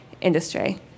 industry